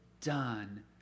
done